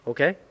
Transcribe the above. Okay